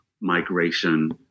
migration